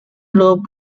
俱乐部